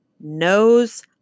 nose